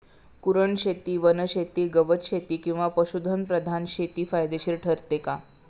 कुरणशेती, वनशेती, गवतशेती किंवा पशुधन प्रधान शेती फायदेशीर ठरते का?